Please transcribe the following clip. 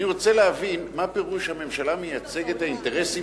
אני רוצה להבין מה פירוש "הממשלה מייצגת את האינטרסים